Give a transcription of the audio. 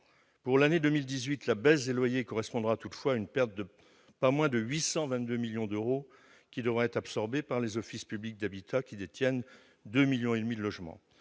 Pour l'année 2018, la baisse des loyers correspondra toutefois à une perte de 822 millions d'euros. Cette perte devra être absorbée par les offices publics de l'habitat, qui détiennent 2,5 millions de logements.